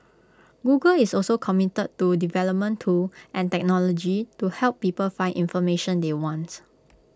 Google is also committed to development tools and technology to help people find information they want